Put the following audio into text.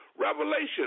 Revelation